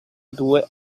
due